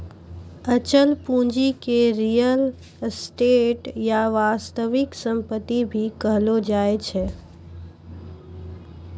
अचल पूंजी के रीयल एस्टेट या वास्तविक सम्पत्ति भी कहलो जाय छै